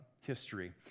history